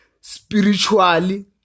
spiritually